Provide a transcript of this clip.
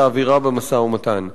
את האווירה במשא-ומתן.